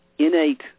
innate